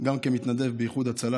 גם כמתנדב באיחוד הצלה,